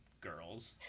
girls